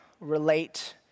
relate